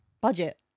budget